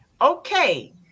Okay